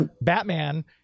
batman